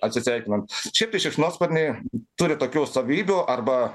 atsisveikinant šiaip tai šikšnosparniai turi tokių savybių arba